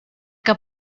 que